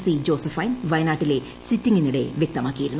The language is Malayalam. സി ജോസഫൈൻ വയനാട്ടിലെ സിറ്റിംഗിനിടെ വ്യക്തമാക്കിയിരുന്നു